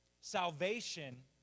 Salvation